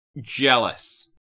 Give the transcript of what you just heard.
jealous